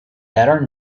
better